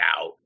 out